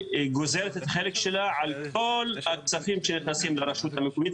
גוזרת את החלק שלה על כל הכספים שנכנסים לרשות המקומית.